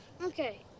Okay